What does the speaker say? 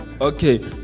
Okay